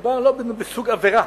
מדובר בסוג עבירה.